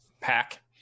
pack